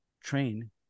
train